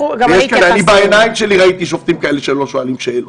אני בעיניים שלי ראיתי שופטים שלא שואלים שאלות.